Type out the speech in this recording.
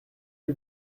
lui